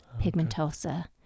pigmentosa